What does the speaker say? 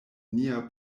nia